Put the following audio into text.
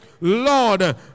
Lord